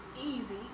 easy